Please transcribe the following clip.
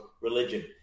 religion